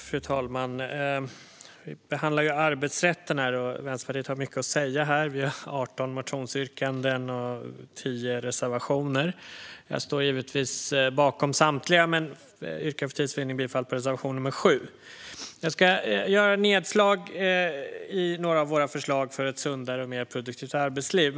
Fru talman! Vi behandlar arbetsrätten här, och Vänsterpartiet har mycket att säga i fråga om den. Vi har 18 motionsyrkanden och 10 reservationer. Jag står givetvis bakom samtliga, men för tids vinnande yrkar jag bifall endast till reservation 7. Jag ska göra nedslag i några av våra förslag för ett sundare och mer produktivt arbetsliv.